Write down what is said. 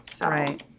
Right